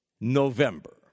November